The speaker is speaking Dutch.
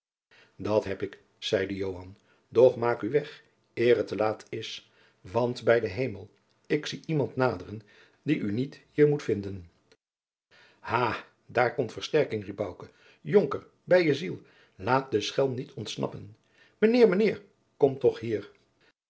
dat heb ik zeide joan doch maak u weg eer het te laat is want bij den hemel ik zie iemand naderen die u niet hier moet vinden ha daar komt versterking riep bouke jonker bij je ziel laat den schelm niet ontsnappen mijnheer mijnheer kom toch hier